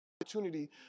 opportunity